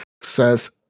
says